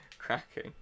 cracking